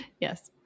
Yes